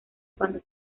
cuando